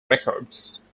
records